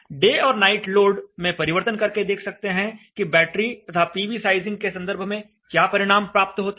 day और night load में परिवर्तन करके देख सकते हैं कि बैटरी तथा पीवी साइजिंग के संदर्भ में क्या परिणाम प्राप्त होते हैं